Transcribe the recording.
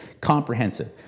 comprehensive